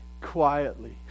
quietly